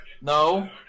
No